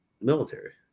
military